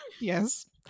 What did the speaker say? Yes